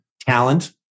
Talent